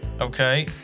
Okay